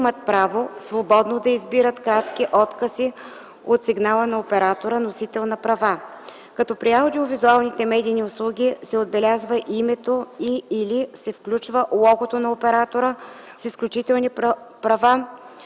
имат право свободно да избират кратки откъси от сигнала на оператора – носител на права, като при аудио-визуалните медийни услуги се отбелязва името и/или се включва логото на оператора с изключителни права,